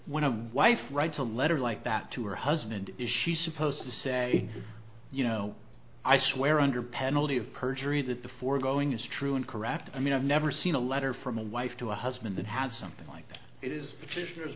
when a wife writes a letter like that to her husband is she supposed to say you know i swear under penalty of perjury that the foregoing is true and correct i mean i've never seen a letter from a wife to a husband that has something like that it is